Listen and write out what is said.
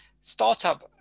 startup